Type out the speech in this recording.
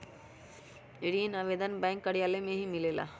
ऋण आवेदन बैंक कार्यालय मे ही मिलेला?